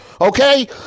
Okay